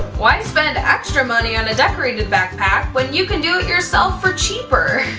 why spend extra money on a decorated back-pack when you can do it yourself for cheaper!